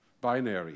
binary